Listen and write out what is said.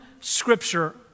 scripture